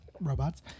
robots